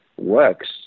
works